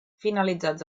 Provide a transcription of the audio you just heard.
finalitzats